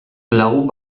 lagun